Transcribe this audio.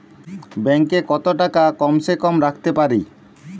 Bank এ কত টাকা কম সে কম রাখতে পারি?